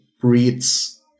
breeds